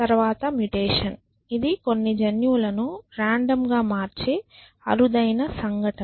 తర్వాత మ్యుటేషన్ ఇది కొన్ని జన్యువులను రాండమ్ గా మార్చే అరుదైన సంఘటన